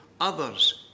others